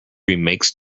remakes